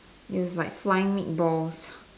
it was like flying meatballs